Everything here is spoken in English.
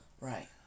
Right